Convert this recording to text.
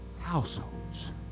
Households